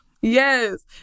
Yes